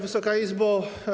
Wysoka Izbo!